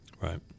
Right